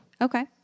Okay